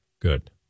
Good